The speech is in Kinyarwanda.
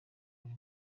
buri